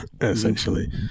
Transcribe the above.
essentially